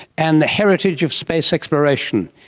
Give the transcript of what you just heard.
and the heritage of space exploration,